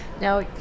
Now